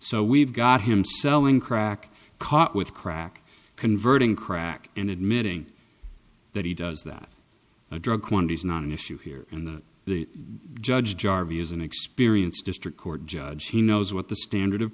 so we've got him selling crack caught with crack converting crack and admitting that he does that a drug quantity is not an issue here and the judge jarvey is an experience district court judge he knows what the standard of